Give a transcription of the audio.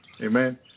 Amen